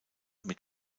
mit